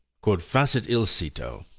quod facit ille cito.